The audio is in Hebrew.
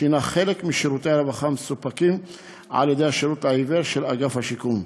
שהנה חלק משירותי הרווחה המסופקים על ידי השירות לעיוור של אגף השיקום.